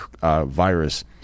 virus